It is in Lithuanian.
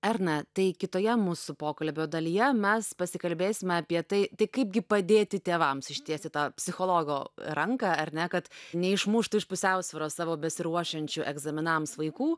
erna tai kitoje mūsų pokalbio dalyje mes pasikalbėsime apie tai tai kaipgi padėti tėvams ištiesti tą psichologo ranką ar ne kad neišmuštų iš pusiausvyros savo besiruošiančių egzaminams vaikų